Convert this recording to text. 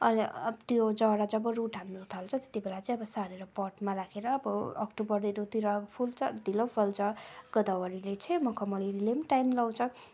अहिले अब त्यो जरा जब रुट हान्नु थाल्छ त्यति बेला चाहिँ अब सारेर पटमा राखेर अब अक्टोबरहरूतिर फुल्छ ढिलो फुल्छ गदावरीले चाहिँ मखमलीले टाइम लगाउँछ